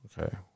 Okay